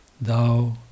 Thou